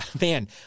man